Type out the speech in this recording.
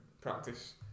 practice